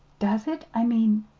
does it i mean,